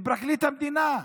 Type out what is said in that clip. לפרקליט המדינה,